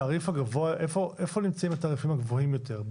איפה נמצאים התעריפים הגבוהים יותר,